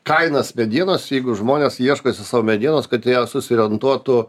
kainas medienos jeigu žmonės ieškosi sau medienos kad jie susiorientuotų